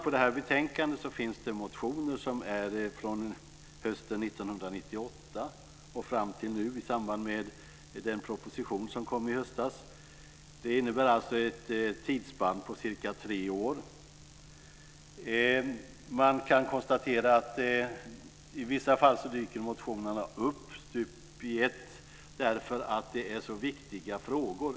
I betänkandet finns det motioner som är från hösten 1998 och fram till nu motioner i samband med den proposition som kom i höstas. Det innebär alltså ett tidspann på cirka tre år. Man kan konstatera att i vissa fall dyker motionerna upp stup i ett därför att det är så viktiga frågor.